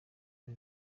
ari